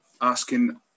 asking